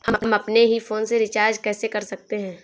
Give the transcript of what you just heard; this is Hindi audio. हम अपने ही फोन से रिचार्ज कैसे कर सकते हैं?